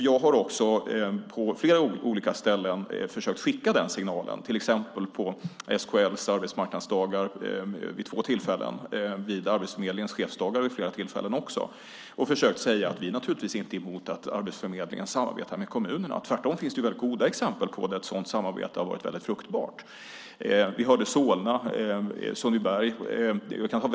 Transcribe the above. Jag har också på flera olika ställen försökt skicka den signalen, till exempel på SKL:s arbetsmarknadsdagar vid två tillfällen och vid Arbetsförmedlingens chefsdagar vid flera tillfällen. Där har jag försökt säga att vi naturligtvis inte är emot att Arbetsförmedlingen samarbetar med kommunerna. Tvärtom finns det mycket goda exempel på att ett sådant samarbete har varit väldigt fruktbart. Vi hörde Solna nämnas och vi har Sundbyberg.